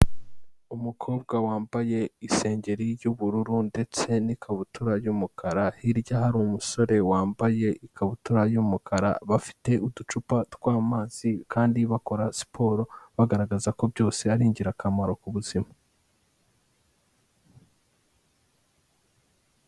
Umukobwa wambaye isengeri y'ubururu ndetse n'ikabutura y'umukara, hirya hari umusore wambaye ikabutura y'umukara, bafite uducupa tw'amazi kandi bakora siporo, bagaragaza ko byose ari ingirakamaro ku buzima.